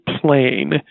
plane